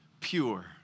pure